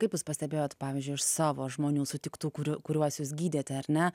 kaip jūs pastebėjot pavyzdžiui iš savo žmonių sutiktų kurių kuriuos jūs gydėte ar ne